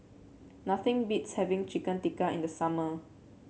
nothing beats having Chicken Tikka in the summer